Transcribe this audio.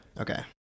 Okay